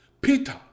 Peter